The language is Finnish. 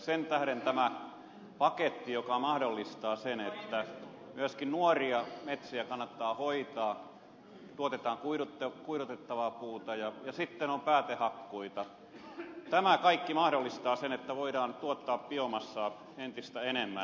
sen tähden tämä paketti mahdollistaa sen että myöskin nuoria metsiä kannattaa hoitaa tuotetaan kuidutettavaa puuta ja sitten on päätehakkuita tämä kaikki mahdollistaa sen että voidaan tuottaa biomassaa entistä enemmän